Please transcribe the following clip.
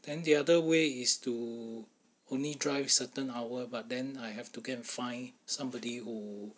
then the other way is to only drive certain hour but then I have to go and find somebody who